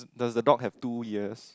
does the dog have two ears